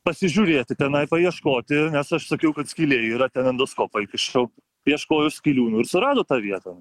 pasižiūrėti tenai paieškoti nes aš sakiau kad skylė yra ten endoskopą įkišau ieškojo skylių nu ir surado tą vietą